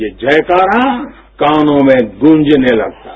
ये जयकाराकानों में गूंजने लगता है